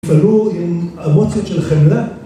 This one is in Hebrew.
‫פלאו עם אמוציות של חמלה.